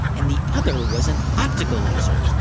and the other was an optical laser.